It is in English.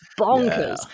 bonkers